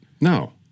No